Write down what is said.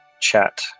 chat